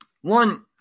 one